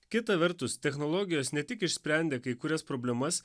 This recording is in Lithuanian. kita vertus technologijos ne tik išsprendė kai kurias problemas